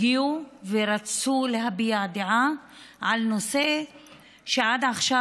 הגיע ורצה להביע דעה על נושא שעד עכשיו